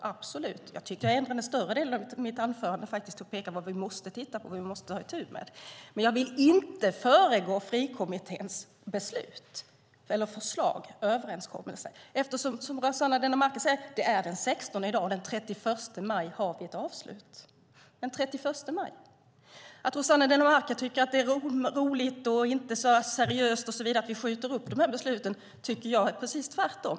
Jag ägnade större delen av mitt anförande åt att peka på vad vi måste titta på och ta itu med. Men jag vill inte föregå Friskolekommitténs beslut, förslag eller överenskommelser eftersom det, som Rossana Dinamarca säger, är den 16 i dag, och den 31 maj har vi ett avslut. Rossana Dinamarca tycker att det är roligt, inte så seriöst och så vidare att vi skjuter upp dessa beslut. Jag tycker precis tvärtom.